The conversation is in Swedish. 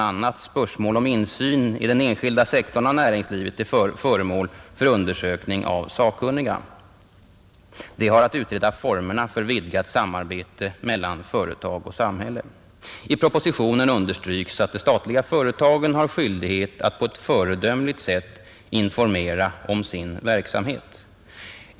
a. spörsmål om insyn i den enskilda sektorn av näringslivet är föremål för undersökning av sakkunniga. De har att utreda formerna för vidgat samarbete mellan företag och samhälle. I propositionen understryks att de statliga företagen har skyldighet att på ett föredömligt sätt informera om sin verksamhet.